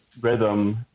rhythm